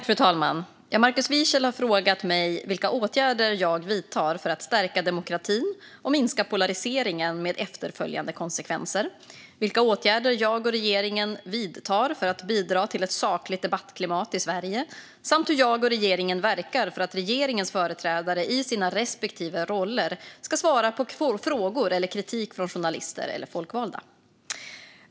Fru talman! Markus Wiechel har frågat mig vilka åtgärder jag vidtar för att stärka demokratin och minska polariseringen med efterföljande konsekvenser, vilka åtgärder jag och regeringen vidtar för att bidra till ett sakligt debattklimat i Sverige samt hur jag och regeringen verkar för att regeringens företrädare i sina respektive roller ska svara på frågor eller kritik från journalister eller folkvalda.